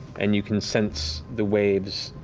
and you can sense the waves